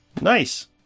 Nice